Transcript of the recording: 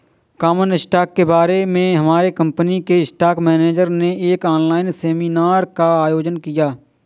common stock के बारे में हमारे कंपनी के स्टॉक मेनेजर ने एक ऑनलाइन सेमीनार का आयोजन किया